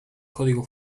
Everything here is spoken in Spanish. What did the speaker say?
código